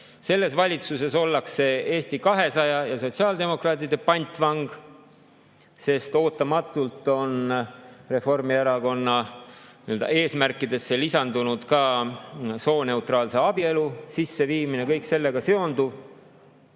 Selles valitsuses ollakse Eesti 200 ja sotsiaaldemokraatide pantvang, sest ootamatult on Reformierakonna eesmärkide hulka lisandunud ka sooneutraalse abielu sisseviimine ja kõik sellega seonduv.